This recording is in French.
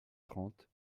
trente